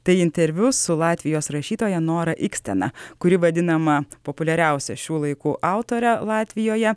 tai interviu su latvijos rašytoja nora ikstena kuri vadinama populiariausia šių laikų autore latvijoje